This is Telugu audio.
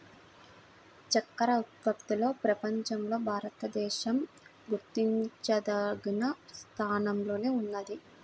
చక్కర ఉత్పత్తిలో ప్రపంచంలో భారతదేశం గుర్తించదగిన స్థానంలోనే ఉన్నది